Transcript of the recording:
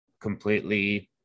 completely